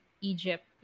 Egypt